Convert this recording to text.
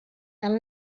gael